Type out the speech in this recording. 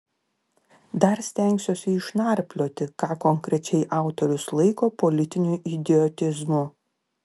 dar stengsiuosi išnarplioti ką konkrečiai autorius laiko politiniu idiotizmu